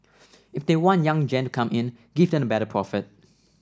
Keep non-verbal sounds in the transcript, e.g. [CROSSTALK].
[NOISE] if they want young gen to come in give them a better profit